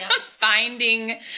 finding